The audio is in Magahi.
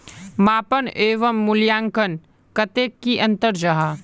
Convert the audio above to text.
मापन एवं मूल्यांकन कतेक की अंतर जाहा?